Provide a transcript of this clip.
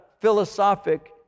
philosophic